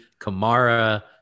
Kamara